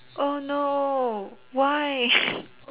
oh no why